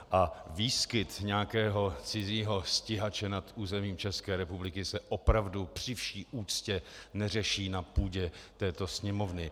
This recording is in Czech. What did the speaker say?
A výskyt nějakého cizího stíhače nad územím České republiky se opravdu při vší úctě neřeší na půdě této Sněmovny.